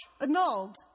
Annulled